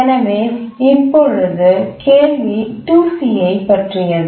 எனவே இப்பொழுது கேள்வி 2c ஐ பற்றியது